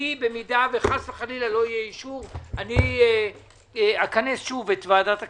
אם חלילה לא יהיה אישור, אכנס שוב את ועדת הכספים.